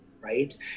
right